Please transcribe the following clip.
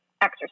exercise